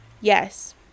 Yes